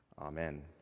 Amen